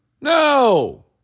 No